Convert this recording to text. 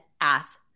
ass